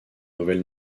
nouvelle